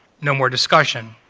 no more discussion.